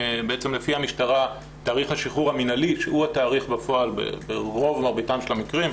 לפי המשטרה תאריך השחרור המינהלי הוא התאריך בפועל במרבית המקרים,